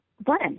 blend